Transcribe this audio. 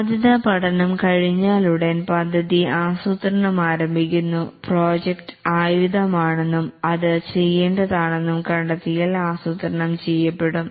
സാധ്യത പഠനം കഴിഞ്ഞാലുടൻ പദ്ധതി ആസൂത്രണം ആരംഭിക്കുന്നു പ്രോജക്ട് ആയുധം ആണെന്നും അത് ചെയ്യേണ്ടതാണെന്നും കണ്ടെത്തിയാൽ ആസൂത്രണം ചെയ്യപ്പെടും